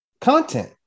content